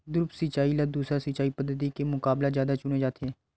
द्रप्स सिंचाई ला दूसर सिंचाई पद्धिति के मुकाबला जादा चुने जाथे